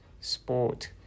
sport